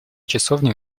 часовни